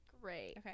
Great